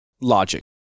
logic